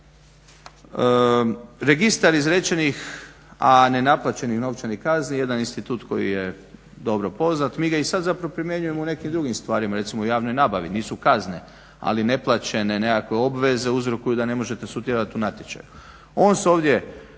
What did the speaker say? Registar izrečenih, a nenaplaćenih novčanih kazni jedan institut koji je dobro poznat, mi ga i sad zapravo primjenjujemo u nekim drugim stvarima, recimo u javnoj nabavi, nisu kazne ali neplaćene nekakve obveze uzrokuju da ne možete sudjelovat u natječaju.